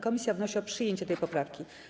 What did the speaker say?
Komisja wnosi o przyjęcie tej poprawki.